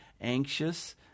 anxious